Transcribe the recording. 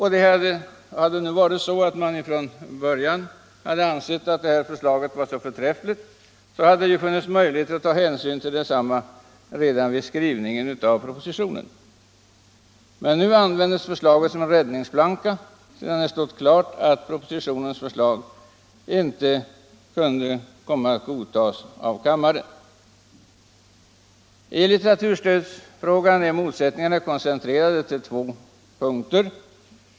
Hade man från början ansett att detta förslag var så förträffligt, hade det funnits möjlighet att ta hänsyn till detsamma redan vid propositionsskrivningen. Men nu används förslaget såsom räddningsplanka, sedan det stått klart att propositionens förslag inte kunde godtas av kammaren. I litteraturstödsfrågan är motsättningarna koncentrerade till två punkter.